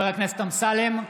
אמסלם,